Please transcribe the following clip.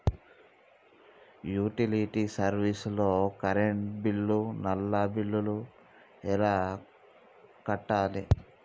Utility service లో current bill, నల్లా bill ఎలా కట్టాలి?